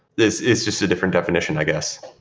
this is just a different definition, i guess.